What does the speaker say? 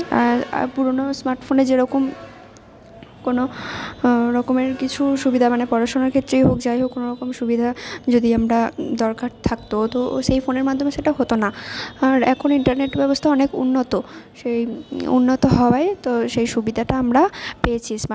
আর আ পুরনো স্মার্টফোনে যেরকম কোনো রকমের কিছু সুবিধা মানে পড়াশোনার ক্ষেত্রেই হোক যাই হোক কোনো রকম সুবিধা যদি আমরা দরকার থাকতো তো সেই ফোনের মাধ্যমে সেটা হতো না আর একোন ইন্টারনেট ব্যবস্থা অনেক উন্নত সেই উন্নত হওয়ায় তো সেই সুবিধাটা আমরা পেয়েছি স্মার্টফোনের মাধ্যমে